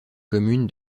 commune